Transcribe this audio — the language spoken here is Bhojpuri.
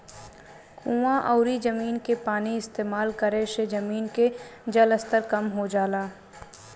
कुवां अउरी जमीन के पानी इस्तेमाल करे से जमीन के जलस्तर कम हो जाला